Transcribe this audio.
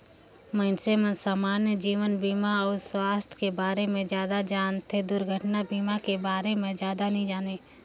मइनसे मन समान्य जीवन बीमा अउ सुवास्थ के बारे मे जादा जानथें, दुरघटना बीमा के बारे मे जादा नी जानें